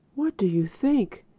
what do you think?